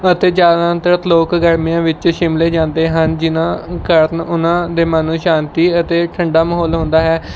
ਅਤੇ ਜ਼ਿਆਦਾਤਰ ਲੋਕ ਗਰਮੀਆਂ ਵਿੱਚ ਸ਼ਿਮਲੇ ਜਾਂਦੇ ਹਨ ਜਿਨ੍ਹਾਂ ਕਾਰਨ ਉਹਨਾਂ ਦੇ ਮਨ ਨੂੰ ਸ਼ਾਂਤੀ ਅਤੇ ਠੰਡਾ ਮਾਹੌਲ ਹੁੰਦਾ ਹੈ